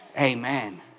Amen